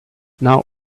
now